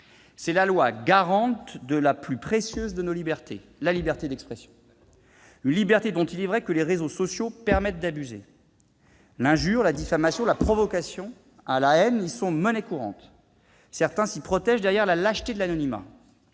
C'est la loi garante de la plus précieuse de nos libertés : la liberté d'expression, dont il est vrai que les réseaux sociaux permettent d'abuser. L'injure, la diffamation, la provocation à la haine y sont monnaie courante. Certains s'y protègent derrière la lâcheté de l'anonymat.